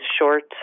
short